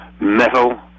metal